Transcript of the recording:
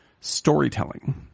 storytelling